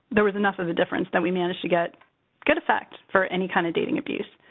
there was enough of a difference that we managed to get good effect for any kind of dating abuse.